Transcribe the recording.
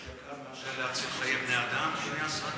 יש יקר מאשר להציל חיי בני-אדם, אדוני השר?